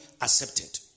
accepted